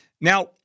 Now